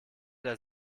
der